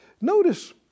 Notice